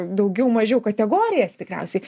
daugiau mažiau kategorijas tikriausiai